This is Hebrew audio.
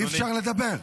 אי-אפשר לדבר.